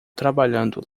trabalhando